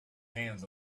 hands